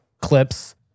clips